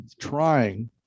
trying